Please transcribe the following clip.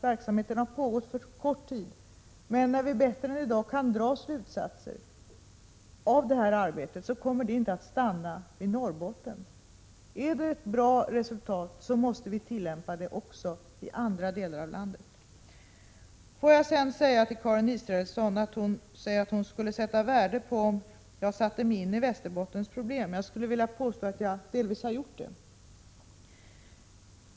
Verksamheten har pågått under kort tid, men när vi bättre än i dag kan dra slutsatser av detta arbete så kommer det inte att stanna vid Norrbotten. Är resultatet bra måste vi sprida verksamheten också till andra delar av landet. Karin Israelsson säger att hon skulle sätta värde på om jag satte mig in i Västerbottens problem. Jag vill påstå att jag delvis har gjort det.